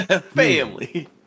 Family